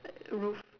roof